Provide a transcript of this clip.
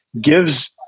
gives